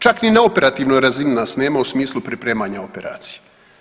Čak ni na operativnoj razini nas nema u smislu pripremanja operacije.